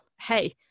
hey